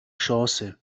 chance